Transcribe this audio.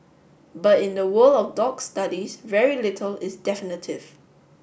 but in the world of dog studies very little is definitive